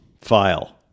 file